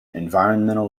environmental